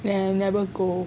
then I never go